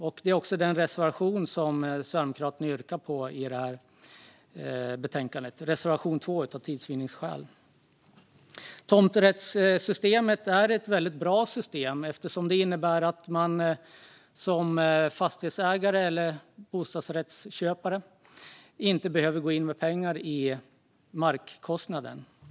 Den behandlas också i den för tids vinnande enda reservation i betänkandet som Sverigedemokraterna yrkar bifall till, reservation 2. Tomträttssystemet är ett väldigt bra system eftersom det innebär att man som fastighetsägare eller bostadsrättsköpare inte behöver gå in med pengar för markkostnaden.